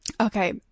Okay